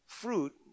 fruit